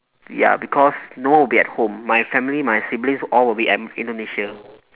ya because no one will be at home my family my siblings all will be at indonesia